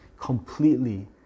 completely